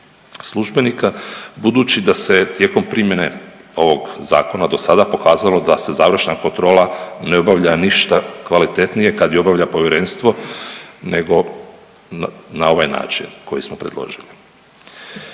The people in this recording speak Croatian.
službenika budući da se tijekom primjene ovog zakona dosada pokazalo da se završna kontrola ne obavlja ništa kvalitetnije kad ju obavlja povjerenstvo nego na ovaj način koji smo predložili.